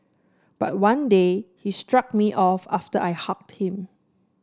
but one day he shrugged me off after I hugged him